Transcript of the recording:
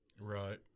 Right